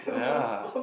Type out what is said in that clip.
ya